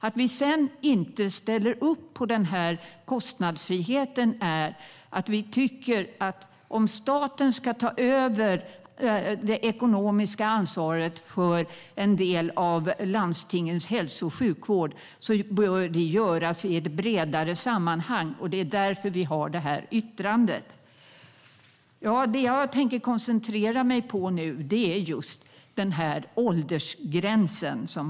Att vi inte ställer upp på kostnadsfriheten är för att vi tycker att om staten ska ta över det ekonomiska ansvaret för en del av landstingens hälso och sjukvård bör det göras i ett bredare sammanhang. Det är därför vi har vårt yttrande. Jag tänker koncentrera mig på åldersgränsen.